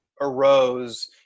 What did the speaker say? arose